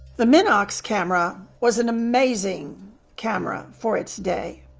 the minox camera was an amazing camera for its day.